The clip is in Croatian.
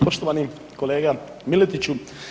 Poštovani kolega Miletiću.